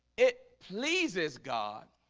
it pleases god